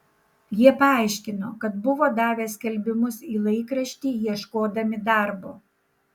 jie paaiškino kad buvo davę skelbimus į laikraštį ieškodami darbo